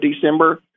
December